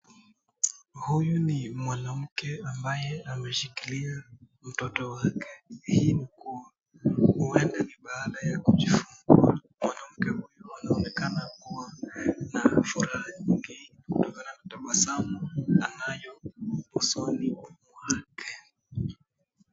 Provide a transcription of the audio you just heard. Huyu ni mwanamke ambaye ameshikilia mtoto wake, hii ni kuwa huenda ni baada ya kujifungua, kuwa mwanamke huyu anaonekana kuwa na furaha nyingi, naonaa tabasamu anayo usoni mwake,